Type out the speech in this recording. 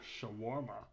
shawarma